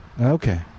Okay